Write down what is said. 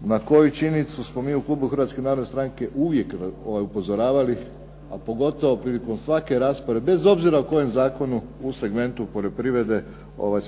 na koju činjenicu smo mi u klubu Hrvatske narodne stranke uvijek upozoravali, a pogotovo prilikom svake rasprave bez obzira o kojem zakonu u segmentu poljoprivrede